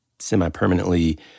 semi-permanently